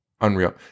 unreal